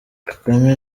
kagame